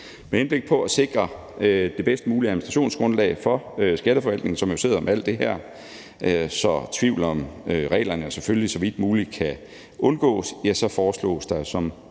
Med henblik på at sikre det bedst mulige administrationsgrundlag for skatteforvaltningen, som jo sidder med alt det her, så tvivl om reglerne selvfølgelig så vidt muligt kan undgås, foreslås der, som